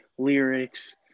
lyrics